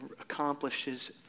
accomplishes